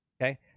okay